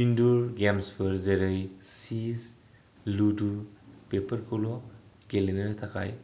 इनदर games फोर जेरै chess ludo बेफोरखौल' गेलेनो थाखाय